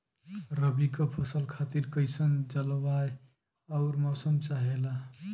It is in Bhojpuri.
रबी क फसल खातिर कइसन जलवाय अउर मौसम चाहेला?